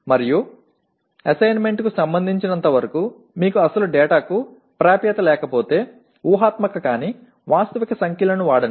మరియు అసైన్మెంట్కు సంబంధించినంతవరకు మీకు అసలు డేటాకు ప్రాప్యత లేకపోతే ఊహాత్మక కానీ వాస్తవిక సంఖ్యలను వాడండి